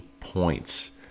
points